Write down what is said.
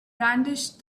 brandished